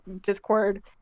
Discord